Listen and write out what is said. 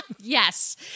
Yes